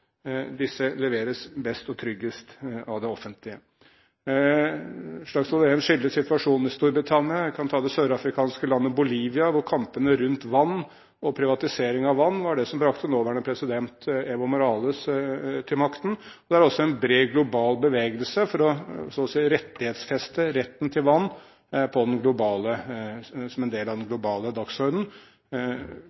leveres best og tryggest av det offentlige. Slagsvold Vedum skildrer situasjonen i Storbritannia. Jeg kan ta det søramerikanske landet Bolivia, hvor kampene rundt vann og privatisering av vann var det som brakte nåværende president Evo Morales til makten. Det er også en bred global bevegelse for – så å si – å rettighetsfeste retten til vann som en del av den